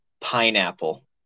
pineapple